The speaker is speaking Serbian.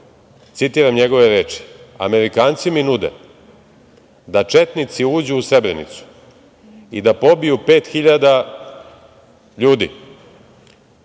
citiram njegove reči - Amerikanci mi nude da četnici uđu u Srebrenicu i da pobiju 5.000 ljudi,